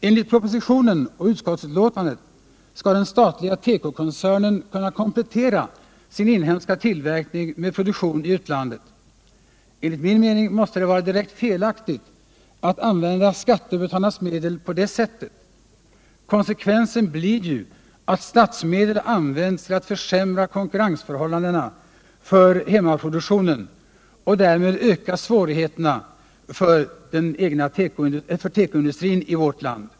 Enligt propositionen och utskottsbetänkandet skall den statliga tekokoncernen kunna komplettera sin inhemska tillverkning med produktion i utlandet. Enligt min mening måste det vara direkt felaktigt att använda skattebetalarnas medel på det sättet. Konsekvensen blir ju att statsmedel används för att försämra konkurrensförhållandena för hemmaproduktionen och därmed öka svårigheterna för tekoindustrin i vårt land.